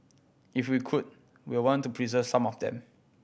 if we could we want to preserve some of them